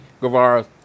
Guevara